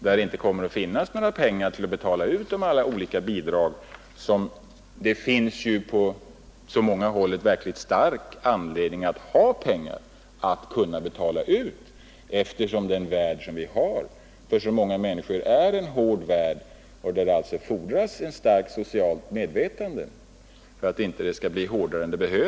Det kommer då inte att finnas några pengar kvar att betala ut i alla de bidrag, som det i många fall är verkligt angeläget att ha pengar till. Eftersom den värld vi lever i är en hård värld för många människor, så fordras det ett socialt medvetande för att den inte skall bli hårdare än nödvändigt.